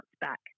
back